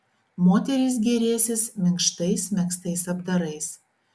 moterys gėrėsis minkštais megztais apdarais